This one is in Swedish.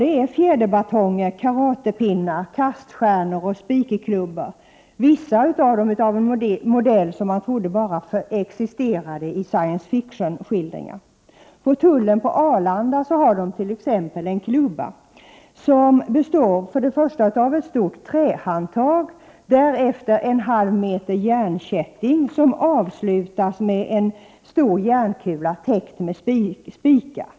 Det är fjäderbatonger, karatepinnar, kaststjärnor och spikklubbor. Vissa av dem är av sådan modell som man trodde existerade endast i science fiction-skildringar. Tullen på Arlanda har t.ex. en klubba som består av ett stort trähandtag och en halvmeter järnkätting som avslutas med en stor järnkula täckt med spikar.